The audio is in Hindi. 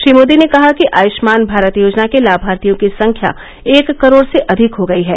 श्री मोदी ने कहा कि आयुष्मान भारत योजना के लाभार्थियों की संख्या एक करोड़ से अधिक हो गई हैं